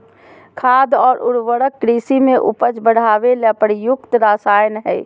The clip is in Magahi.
खाद और उर्वरक कृषि में उपज बढ़ावे ले प्रयुक्त रसायन हइ